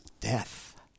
death